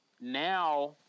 now